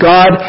God